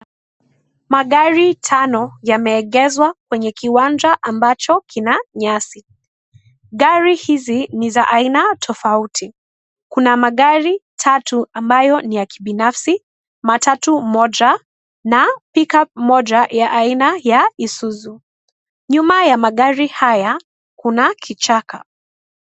Magari tano, yameegezwa, kwenye kiwanja, ambacho, kina, nyasi, gari hizi, ni za aina, tofauti, kuna magari, tatu, ambayo ni ya kibinafsi, matatu moja, na, (cs)Pikup(cs), moja, ya aina, ya, Isuzu, nyuma ya magari haya, kuna, kichaka.